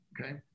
okay